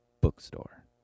bookstore